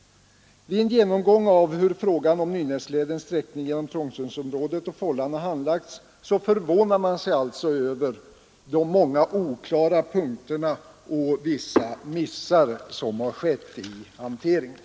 Vid en genomgång av hur frågan om Nynäsledens sträckning genom Trångsundsområdet och Fållan har handlagts så förvånar man sig alltså över de många oklara punkterna och vissa missar som har skett i hanteringen.